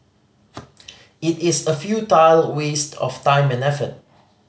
it is a futile waste of time and effort